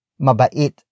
mabait